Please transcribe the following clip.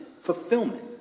fulfillment